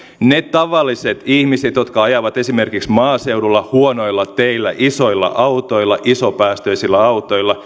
ne tavalliset ihmiset jotka ajavat esimerkiksi maaseudulla huonoilla teillä isoilla autoilla isopäästöisillä autoilla